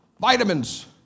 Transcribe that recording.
Vitamins